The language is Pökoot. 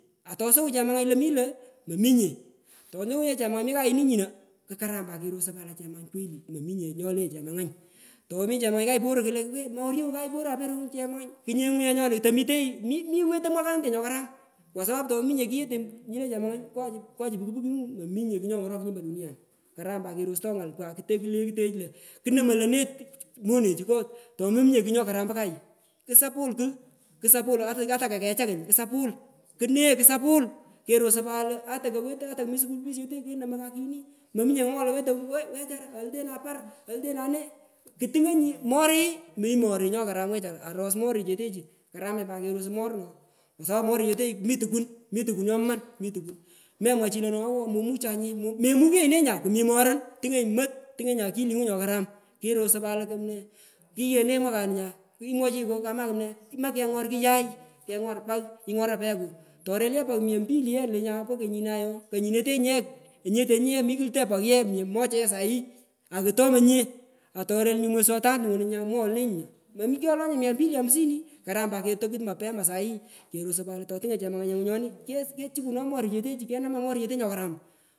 Atosowunyi chemanganylo mi lo mominye tosowunyi ye chemangany mi kayini nyino kukam pat kerosoi lo chemangany kweli mominye nyole chemany, tomi chemangany kayeporu kulo we mworowu kayuporo ape ronguno chemangany kunyengu ye nyoni temitenyiemi wetoi mwakanete nyokaram kwa sapu tomominye kuyete nyete le chemangany pochu nyi puki pukingu mominye kugh nyongoro kunyi mpo karam pat kerosto nga! Pat tokulekutech lo kunomoi lone monechu ngo tomominye kugh nyokaram mpo kayu kusapul kugh kusapul ata kokecha koy kusapul kane kusapu kerosoi pata lo atakowetoi ata kumi sukul pasyete kenomoi pat kuyini imominye nyomwoghoi lo we wechara aitena par oltena ne itungonyi momi mi mori chokaramach wechara aros morichetechu karamach pat kerosoi morun lo kwa sapu morichetechu mi tukuh mi tukun nyoman mi tukun memwa chii lo no eeh momuchanye memuchenyi ne nya kami morun tungonyi mot ungonyi ne itungonyi akili ngu nyokaram kerosoi pat lo kighoi ine mwakanunya imwochinyi kama kumne kimach kengor kuyai kengor pagh ingoranyi pagheku toreloye pagh mia mpili lenyai po konyinai ooh konyinetenyu yee onyetenyo ye lutoi pagh ye mia mocha sahi akutomonye atorei nyu mwezi wa tano wono nya mwoghoi lone imokyolo nye mia mpili amsini karam pat toku mapema sahi kerosoi pat lo totungonyi chemanganyenyu ke kechukuru morichetechu kenama morichete nyokaram.